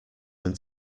when